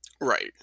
Right